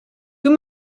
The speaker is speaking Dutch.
doe